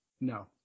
no